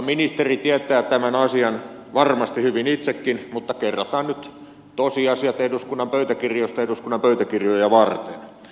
ministeri tietää tämän asian varmasti hyvin itsekin mutta kerrataan nyt tosiasiat eduskunnan pöytäkirjoista eduskunnan pöytäkirjoja varten